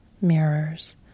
mirrors